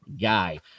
guy